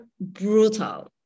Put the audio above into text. brutal